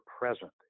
present